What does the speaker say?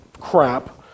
crap